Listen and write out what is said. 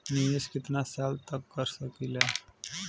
निवेश कितना साल तक कर सकीला?